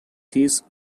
this